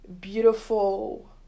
beautiful